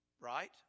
right